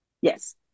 Yes